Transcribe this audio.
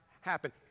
happen